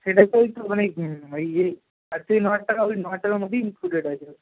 সেটাই তো ওই তো মানে ওই ইয়ে নহাজার টাকা ওই নহাজার টাকার মধ্যেই ইনক্লুডেড আছে ওটা